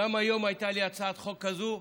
גם היום הייתה לי הצעת חוק כזאת,